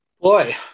Boy